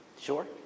Sure